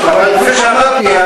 אבל כפי שאמרתי,